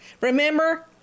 Remember